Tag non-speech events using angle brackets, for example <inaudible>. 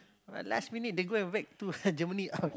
last minute they go and whack two <laughs> Germany out